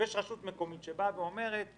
יש רשות מקומית שבאה ואומרת: